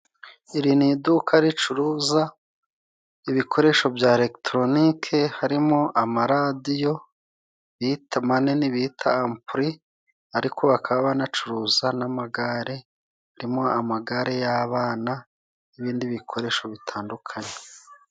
Iri ni iduka ricuruza ibikoresho bya legitoronike, harimo amaradiyo bita manini bita ampuri, ariko bakaba banacuruza n'amagare, ririmo amagare y'abana n'ibindi bikoresho bitandukanye.